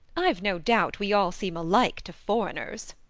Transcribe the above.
i've no doubt we all seem alike to foreigners,